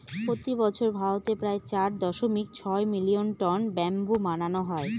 প্রতি বছর ভারতে প্রায় চার দশমিক ছয় মিলিয়ন টন ব্যাম্বু বানানো হয়